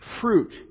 Fruit